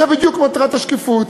זו בדיוק מטרת השקיפות.